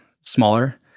smaller